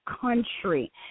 country